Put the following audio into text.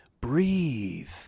breathe